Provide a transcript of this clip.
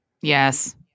Yes